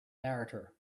narrator